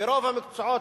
ברוב המקצועות,